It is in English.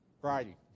Friday